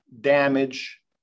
damage